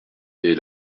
est